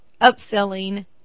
Upselling